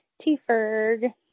T-Ferg